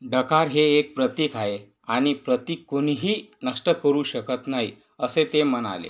डकार हे एक प्रतीक आहे आणि प्रतीक कोणीही नष्ट करू शकत नाही असे ते म्हणाले